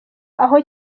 aho